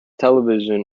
television